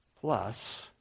Plus